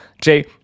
Jay